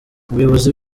ubuyobozi